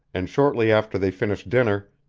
and shortly after they finished dinner,